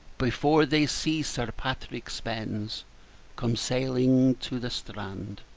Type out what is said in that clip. before they see sir patrick spens come sailing to the strand!